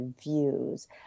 views